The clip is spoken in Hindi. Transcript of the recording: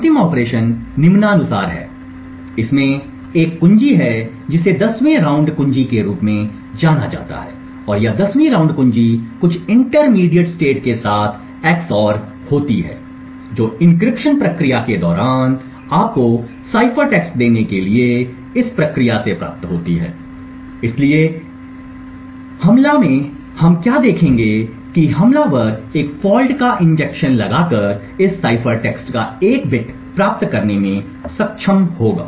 अंतिम ऑपरेशन निम्नानुसार है इसमें एक कुंजी है जिसे 10 वीं राउंड कुंजी के रूप में जाना जाता है और यह 10 वीं राउंड कुंजी कुछ इंटरमीडिएट स्टेट के साथ xored है जो एन्क्रिप्शन प्रक्रिया के दौरान आपको साइफर टेक्स्ट देने के लिए इस प्रक्रिया से प्राप्त होती है इसलिए इस हमला में हम क्या देखेंगे है हमलावर एक फॉल्ट का इंजेक्शन लगाकर इस साइफर टेक्स्ट का एक बिट प्राप्त करने में सक्षम होगा